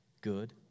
good